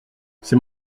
c’est